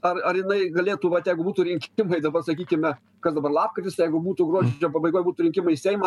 ar ar jinai galėtų vat jeigu būtų rinkimai dabar sakykime kas dabar lapkritis tai jeigu būtų gruodžio pabaigoj būtų rinkimai į seimą